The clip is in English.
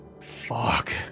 Fuck